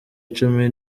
icumi